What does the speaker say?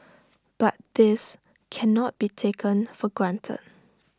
but this cannot be taken for granted